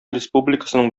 республикасының